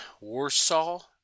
Warsaw